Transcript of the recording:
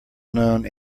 known